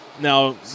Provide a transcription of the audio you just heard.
Now